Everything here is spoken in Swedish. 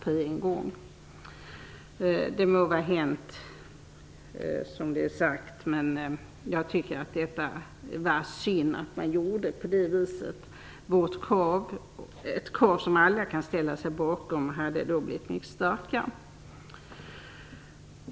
Sagt må vara sagt, men det är synd att man gjorde som man gjorde. Vårt krav - ett krav som alla kan ställa sig bakom - hade då blivit mycket starkare.